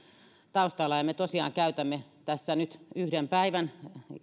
taustalla ja me tosiaan käytämme tässä nyt yhden päivän